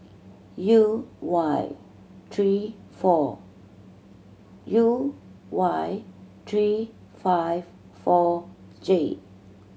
U Y three four U Y three five four J